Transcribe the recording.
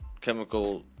Chemical